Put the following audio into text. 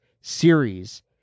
series